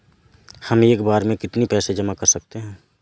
हम एक बार में कितनी पैसे जमा कर सकते हैं?